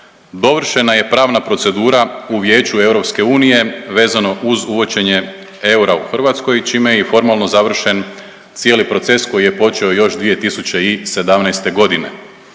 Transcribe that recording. dovršena je pravna procedura u Vijeću EU vezano uz uvođenje eura u Hrvatskoj čime je i formalno završen cijeli proces koji je počeo još 2017.g..